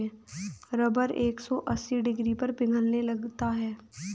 rubber एक सौ अस्सी डिग्री पर पिघलने लगता है